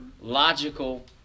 logical